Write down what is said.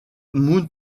mount